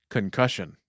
Concussion